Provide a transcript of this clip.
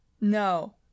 No